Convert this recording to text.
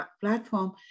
platform